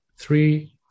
Three